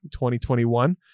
2021